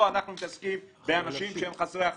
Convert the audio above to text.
אנחנו מתעסקים באנשים שהם חסרי אחריות.